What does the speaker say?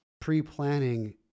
Pre-planning